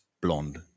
blonde